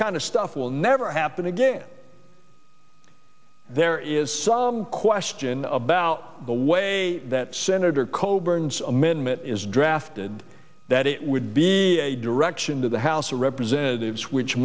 kind of stuff will never happen again there is some question about the way that senator coburn's amendment is drafted that it would be a direction to the house of representatives which